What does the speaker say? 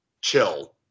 chill